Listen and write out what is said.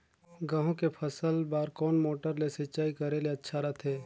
गहूं के फसल बार कोन मोटर ले सिंचाई करे ले अच्छा रथे?